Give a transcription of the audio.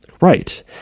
Right